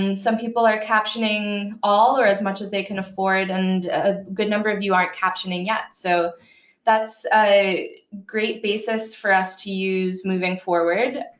and some people are captioning all or as much as they can afford, and a good number of you aren't captioning yet. so that's a great basis for us to use moving forward.